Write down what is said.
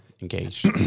engaged